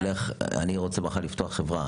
אני רוצה לפתוח מחר חברה.